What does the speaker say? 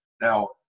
Now